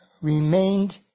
remained